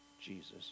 Jesus